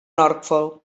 norfolk